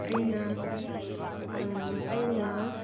ꯑꯩꯅ ꯑꯩꯅ